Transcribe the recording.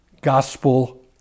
gospel